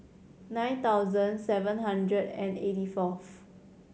nine thousand seven hundred and eighty fourth